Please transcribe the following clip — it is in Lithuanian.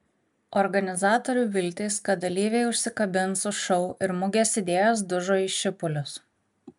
organizatorių viltys kad dalyviai užsikabins už šou ir mugės idėjos dužo į šipulius